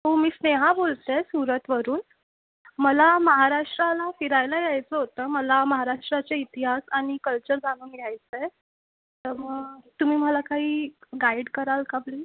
हो मी स्नेहा बोलतेय सुरतवरून मला महाराष्ट्राला फिरायला यायचं होतं मला महाराष्ट्राचा इतिहास आणि कल्चर जाणून घ्यायचं आहे तर मग तुम्ही मला काही गाईट कराल का प्लीज